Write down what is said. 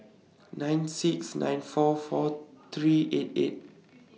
nine six nine four four three eight eight